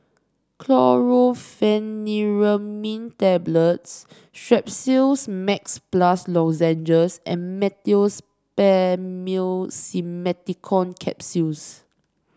Chlorpheniramine Tablets Strepsils Max Plus Lozenges and Meteospasmyl Simeticone Capsules